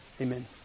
Amen